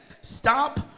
Stop